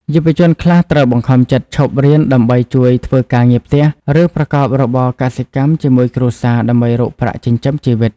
យុវជនខ្លះត្រូវបង្ខំចិត្តឈប់រៀនដើម្បីជួយធ្វើការងារផ្ទះ ឬប្រកបរបរកសិកម្មជាមួយគ្រួសារដើម្បីរកប្រាក់ចិញ្ចឹមជីវិត។